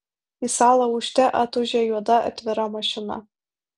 į salą ūžte atūžė juoda atvira mašina